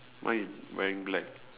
mine is wearing black